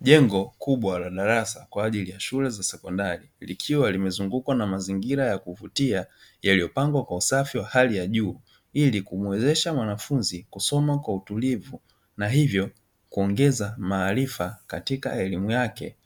Jengo kubwa la darasa kwa ajili ya shule za sekondari likiwa limezungukwa na mazingira ya kuvutia yaliyopangwa kwa usafi wa hali ya juu, ili kumuwezesha mwanafunzi kusoma kwa utulivu na hivyo kuongeza maarifa katika elimu yake